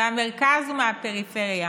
מהמרכז ומהפריפריה.